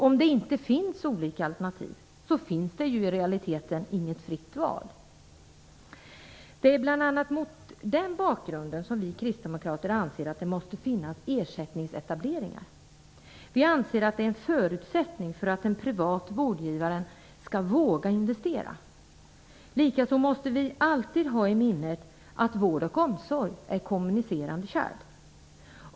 Om det inte finns olika alternativ, finns det ju i realiteten inget fritt val. Det är bl.a. mot den bakgrunden som vi kristdemokrater anser att det måste finnas ersättningsetableringar. Vi anser att det är en förutsättning för att den private vårdgivaren skall våga investera. Likaså måste vi alltid ha i minnet att vård och omsorg är kommunicerande kärl.